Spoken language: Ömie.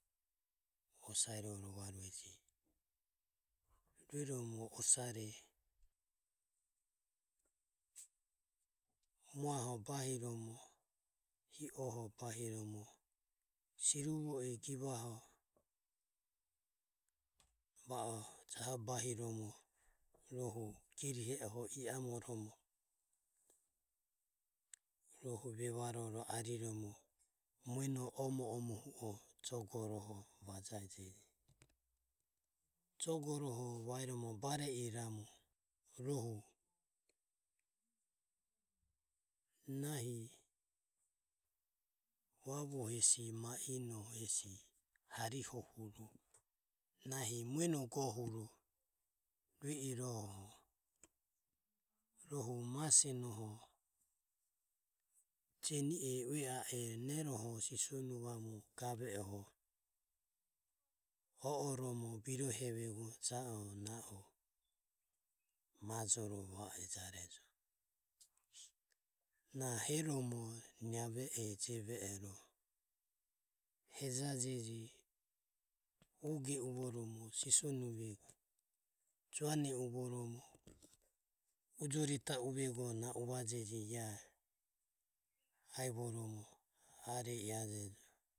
Osare rova rueje rueromo osare muaho bahiromo hi oho bahiromo siruvo e givaho va o jaho bahiromo rohu girihe oho iamoromo rohu vevaro ro ariromo mueno omo omo o joe goroho vajajeji joe goroho vaeromo bare iramu rohu nahi vavu hesi maeno hesi harihohuro nahi mueno gohuro ro rue iroho rohu masenoho jeni e ue a e neroho sisonuvamu gave oho o oromo birohevego ja o na o majoro va e jarejo na heromo naive e jeve ero hejajege uge uvoromo sisonuvego jaune uvoromo ujorita uvego na uvajege ae aevoromo. areiaejajejo